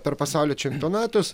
per pasaulio čempionatus